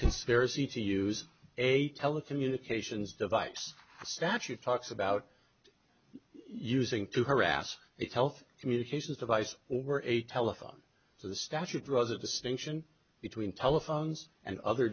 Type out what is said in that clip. conspiracy to use a telecommunications device statute talks about using to harass its health communications device or a telephone so the statute draws a distinction between telephones and other